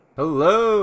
hello